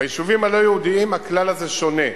ביישובים הלא-יהודיים הכלל הזה שונה.